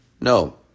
No